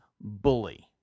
bully